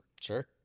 Sure